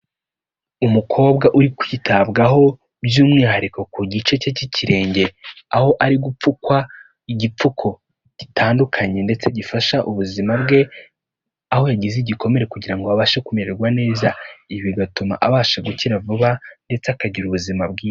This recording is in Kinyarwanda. Umukobwa uri kwitabwaho by'umwihariko ku gice cye cy'ikirenge, aho ari gupfukwa igipfuko gitandukanye ndetse gifasha ubuzima bwe, aho yagize igikomere kugira ngo babashe kumererwa neza, bigatuma abasha gukira vuba ndetse akagira ubuzima bwiza.